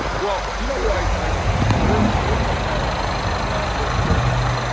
well, but you know who i i learned stories like that about was from hal.